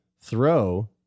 throw